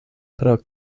pro